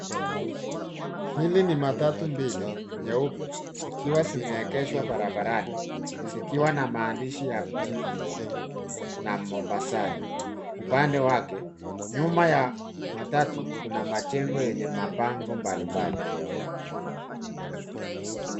Hili ni matatu mbili nyeupe zikiwa zimeegeshwa barabarani, zikiwa na maandishi ya Beaverline na Mombasani upande wake. Nyuma ya matatu kuna majengo yenye mabango mbalimbali.